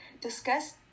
Discuss